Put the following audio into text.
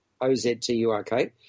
O-Z-T-U-R-K